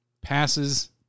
passes